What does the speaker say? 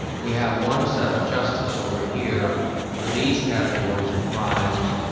we have one set of justice over here for these categories of crimes,